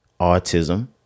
autism